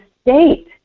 state